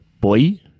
Boy